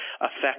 affect